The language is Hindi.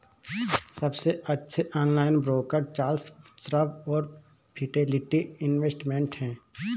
सबसे अच्छे ऑनलाइन ब्रोकर चार्ल्स श्वाब और फिडेलिटी इन्वेस्टमेंट हैं